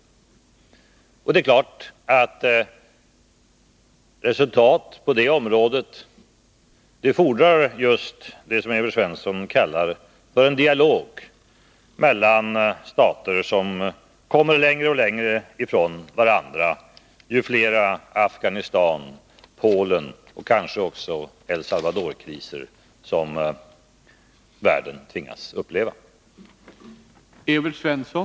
För resultat på det området fordras naturligtvis just det som Evert Svensson kallar för en dialog mellan stater som kommer allt längre från varandra ju fler Afghanistan-, Polenoch kanske också El Salvador-kriser Nr 90 som världen tvingas uppleva. Måndagen den